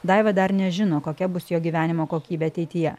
daiva dar nežino kokia bus jo gyvenimo kokybė ateityje